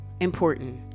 important